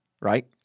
right